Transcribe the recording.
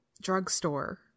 drugstore